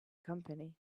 company